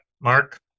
Mark